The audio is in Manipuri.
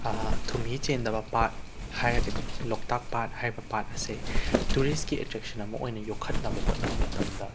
ꯊꯨꯝꯍꯤ ꯆꯦꯟꯗꯕ ꯄꯥꯠ ꯍꯥꯏꯔꯒꯗꯤ ꯂꯣꯛꯇꯥꯛ ꯄꯥꯠ ꯍꯥꯏꯔꯤꯕ ꯄꯥꯠ ꯑꯁꯦ ꯇꯨꯔꯤꯁꯀꯤ ꯑꯦꯇ꯭ꯔꯦꯛꯁꯟ ꯑꯃ ꯑꯣꯏꯅ ꯌꯣꯛꯈꯠꯅꯕ ꯍꯣꯠꯅꯕ ꯃꯇꯝꯗ